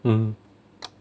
mm